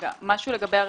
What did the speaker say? משהו לגבי הרזרבה.